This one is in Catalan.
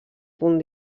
punt